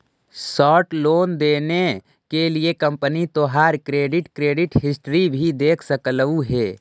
short loan देने के लिए कंपनी तोहार क्रेडिट क्रेडिट हिस्ट्री भी देख सकलउ हे